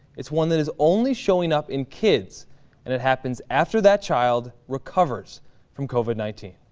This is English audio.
it's one that is only showing up in kids and it happens after that child recovers from covid nineteen.